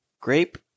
grape